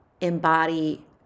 embody